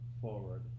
forward